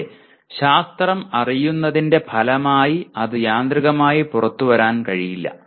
പക്ഷേ ശാസ്ത്രം അറിയുന്നതിന്റെ ഫലമായി അത് യാന്ത്രികമായി പുറത്തുവരാൻ കഴിയില്ല